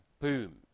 boom